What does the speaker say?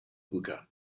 hookah